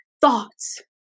thoughts